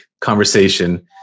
conversation